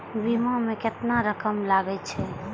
बीमा में केतना रकम लगे छै?